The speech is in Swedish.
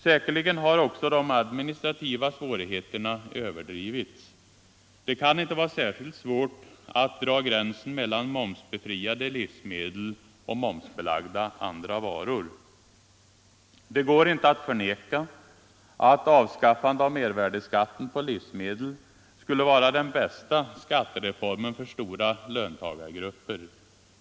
Säkerligen har också de administrativa svårigheterna överdrivits. Det kan inte vara särskilt svårt att dra gränsen mellan momsbefriade livsmedel och momsbelagda andra varor. Det går inte att förneka att avskaffande av mervärdeskatten på livsmedel skulle vara den bästa skattereformen för stora löntagargrupper.